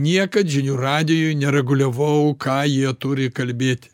niekad žinių radijui nereguliavau ką jie turi kalbėti